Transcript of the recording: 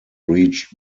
reached